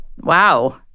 wow